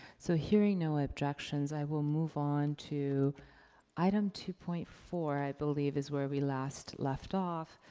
so, hearing no objections, i will move on to item two point four, i believe, is where we last left off.